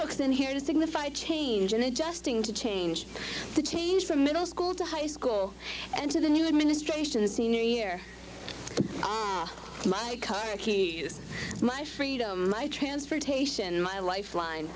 handbooks in here to signify a change in adjusting to change to change from middle school to high school and to the new administration the senior year of my car keys my freedom transportation my lifeline